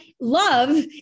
love